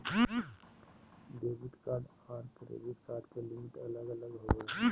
debit card आर credit card के limit अलग अलग होवो हय